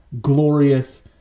glorious